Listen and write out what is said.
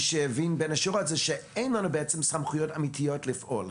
בין השורות שאין לכם בעצם סמכויות אמיתיות לפעול.